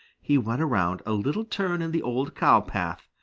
he went around a little turn in the old cow-path,